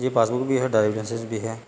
یہ passbook بھی ہے ڈائیریو لائسنس بھی ہے